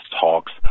talks